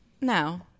No